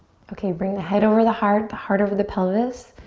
okay, bring the head over the heart, the heart over the pelvis.